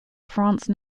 france